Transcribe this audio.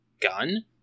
Gun